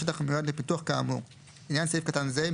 השטח המיועד לפיתוח כאמור; לעניין סעיף קטן זה,